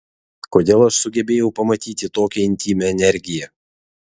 kodėl aš sugebėjau pamatyti tokią intymią energiją